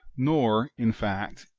nor, in fact,